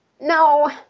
No